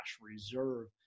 reserve